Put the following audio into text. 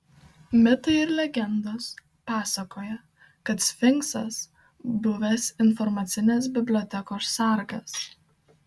mitai ir legendos pasakoja kad sfinksas buvęs informacinės bibliotekos sargas